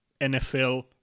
NFL